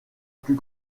plus